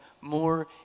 more